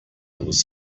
was